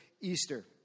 Easter